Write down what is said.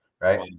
right